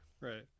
Right